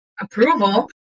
approval